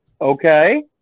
okay